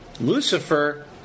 lucifer